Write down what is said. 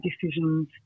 decisions